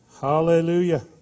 Hallelujah